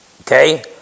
Okay